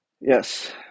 yes